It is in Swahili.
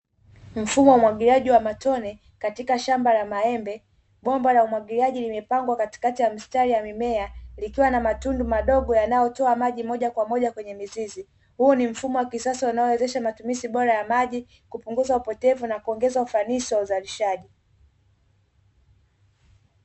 Mfumo wa umwagiliaji wa matone katika shamba la maembe, bomba la umwagiliaji limepangwa katikati ya mstari wa mimea likiwa na matundu madogo yanayotoa maji moja kwa moja kwenye mizizi, huu ni mfumo wa kisasa unaowezesha matumizi bora ya maji, kupunguza upotevu na kuongeza ufanisi wa uzalishaji.